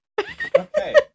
Okay